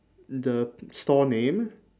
the store name